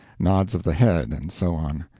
nods of the head, and so on.